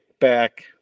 back